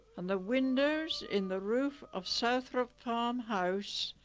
and the windows in the roof of southrop farm house.